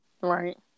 Right